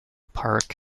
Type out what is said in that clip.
park